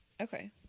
okay